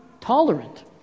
tolerant